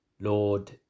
Lord